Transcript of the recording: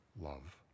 love